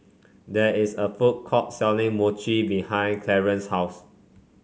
there is a food court selling Mochi behind Clarence's house